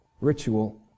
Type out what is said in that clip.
ritual